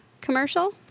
commercial